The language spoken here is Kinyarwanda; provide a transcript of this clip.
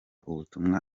ubutumwa